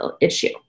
issue